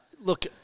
look –